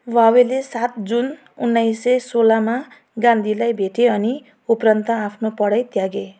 भावेले सात जुन उन्नाइस सय सोह्रमा गान्धीलाई भेटे अनि उप्रान्त आफ्नो पढाइ त्यागे